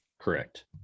Correct